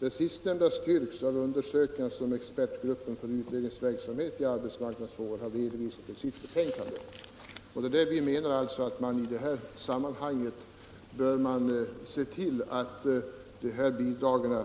Det sistnämnda styrks av de undersökningar som expertgruppen för utredningsverksamhet i arbetsmarknadsfrågor har redovisat i sitt betänkande —---.” Vi menar alltså att man i detta sammanhang bör se till att dessa bidrag